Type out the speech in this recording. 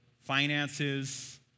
finances